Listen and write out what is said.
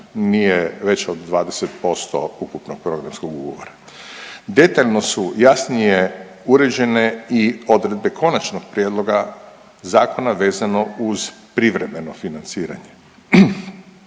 mi je već od 20% ukupnog programskog ugovora. Detaljno su jasnije uređene i odredbe konačnog prijedloga zakona vezano uz privremeno financiranje.